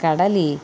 కడలి